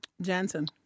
Jansen